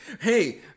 Hey